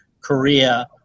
Korea